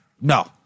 No